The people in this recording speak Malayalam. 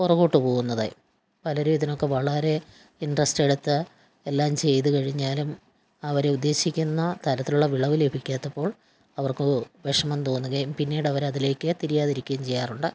പിറകോട്ട് പോവുന്നത് പലരും ഇതിനൊക്കെ വളരെ ഇൻട്രസ്റ്റ് എടുത്ത് എല്ലാം ചെയ്തുകഴിഞ്ഞാലും അവർ ഉദ്ദേശിക്കുന്ന തരത്തിലുള്ള വിളവു ലഭിക്കാത്തപ്പോൾ അവർക്കു വിഷമം തോന്നുകയും പിന്നീടവർ അതിലേക്ക് തിരിയാതിരിക്കുകയും ചെയ്യാറുണ്ട്